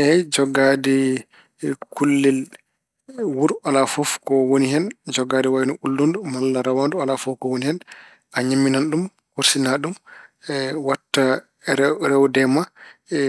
Eey, jogaade kullel wuru alaa fof ko woni hen. Jogaade ulludu malla rawaandu alaa fof ko hen. A ñaamminan ɗum, korsina ɗum, waɗta rewde e ma,